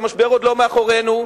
כשהמשבר עוד לא מאחורינו,